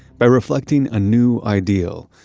by reflecting a new ideal,